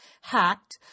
hacked